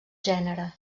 gènere